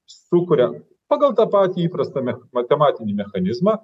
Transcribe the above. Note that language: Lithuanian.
sukuria pagal tą patį įprastą me matematinį mechanizmą